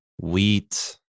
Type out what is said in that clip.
wheat